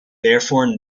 therefore